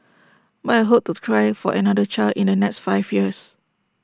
but I hope to try for another child in the next five years